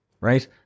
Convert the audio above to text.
right